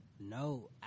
No